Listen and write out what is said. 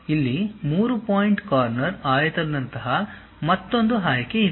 ಇಲ್ಲಿ 3 point corner ಆಯತದಂತಹ ಮತ್ತೊಂದು ಆಯ್ಕೆ ಇದೆ